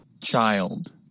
child